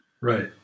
right